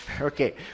Okay